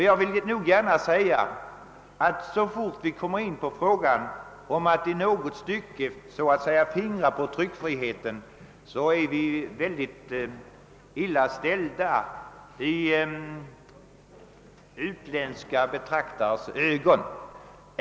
Jag vill slutligen framhålla att så fort vi kommer in på frågan att i något stycke så att säga fingra på tryckfriheten är vi mycket illa ställda i utländska betraktares ögon.